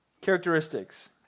characteristics